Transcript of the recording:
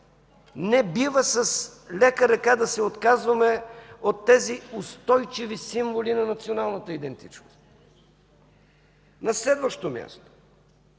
Не бива с лека ръка да се отказваме от тези устойчиви символи на националната идентичност! На следващо място,